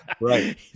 right